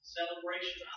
Celebration